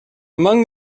among